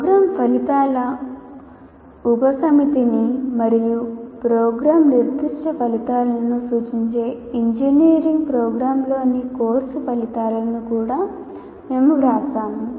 programme ఫలితాల ఉపసమితిని మరియు ప్రోగ్రామ్ నిర్దిష్ట ఫలితాలను సూచించే ఇంజనీరింగ్ ప్రోగ్రామ్లోని కోర్సు ఫలితాలను కూడా మేము వ్రాసాము